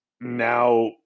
now